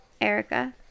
erica